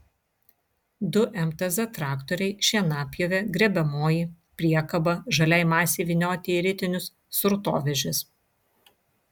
du mtz traktoriai šienapjovė grėbiamoji priekaba žaliai masei vynioti į ritinius srutovežis